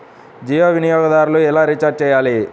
జియో వినియోగదారులు ఎలా రీఛార్జ్ చేయాలి?